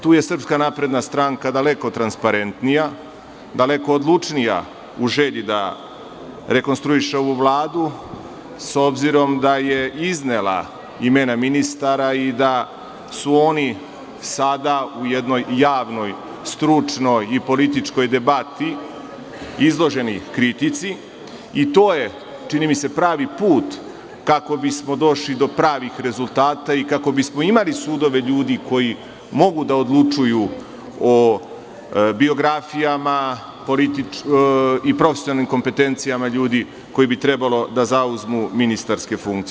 Tu je SNS daleko transparentnija, daleko odlučnija u želji da rekonstruiše ovu Vladu, s obzirom da je iznela imena ministara i da su oni sada u jednoj javnoj, stručnoj i političkoj debati izloženi kritici i to je, čini mi se, pravi put kako bismo došli do pravih rezultata i kako bismo imali sudove ljudi koji mogu da odlučuju o biografijama i profesionalnim kompetencijama ljudi koji bi trebalo da zauzmu ministarske funkcije.